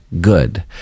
good